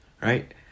right